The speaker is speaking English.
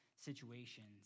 situations